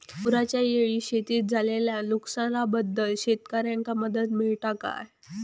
पुराच्यायेळी शेतीत झालेल्या नुकसनाबद्दल शेतकऱ्यांका मदत मिळता काय?